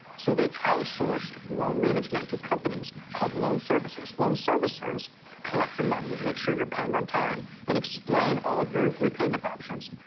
so they outsourced loan management to companies called loan servicers. loan servicers collect your money, make sure you're paying on time and explain all of your repayment options,